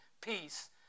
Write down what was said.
peace